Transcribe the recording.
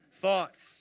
thoughts